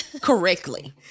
correctly